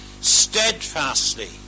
steadfastly